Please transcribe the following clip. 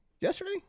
Yesterday